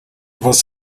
was